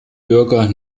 bürger